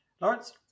Lawrence